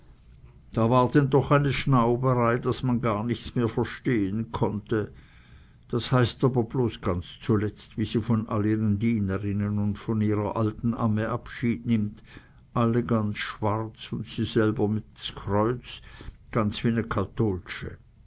da war denn doch eine schnauberei daß man gar nichts mehr verstehn konnte das heißt aber bloß ganz zuletzt wie sie von all ihre dienerinnen und von ihrer alten amme abschied nimmt alle ganz schwarz un sie selber immer mit s kreuz ganz wie ne katholsche